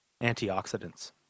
antioxidants